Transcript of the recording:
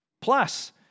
plus